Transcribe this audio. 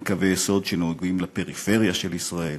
אין קווי יסוד שנוגעים לפריפריה של ישראל,